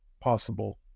possible